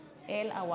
אלהואשלה.